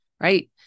right